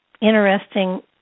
interesting